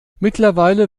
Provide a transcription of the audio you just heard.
mittlerweile